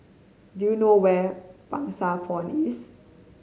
do you know where Pang Sua Pond is